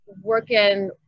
Working